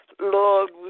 Lord